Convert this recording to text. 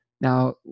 Now